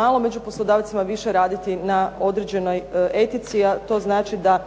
malo među poslodavcima više raditi na određenoj etici a to znači da